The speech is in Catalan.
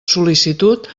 sol·licitud